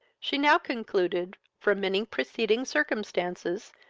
she now concluded, from many preceding circumstances,